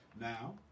Now